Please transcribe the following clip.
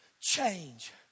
change